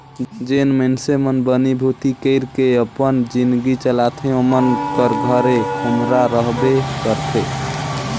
जेन मइनसे मन बनी भूती कइर के अपन जिनगी चलाथे ओमन कर घरे खोम्हरा रहबे करथे